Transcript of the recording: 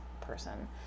person